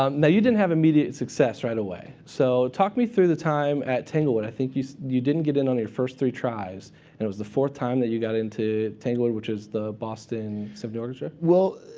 um now you didn't have immediate success right away. so talk me through the time at tanglewood. i think you you didn't get in on your first three tries. and it was the fourth time that you got into tanglewood, which is the boston symphony yeah well,